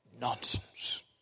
nonsense